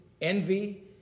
envy